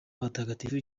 abatagatifu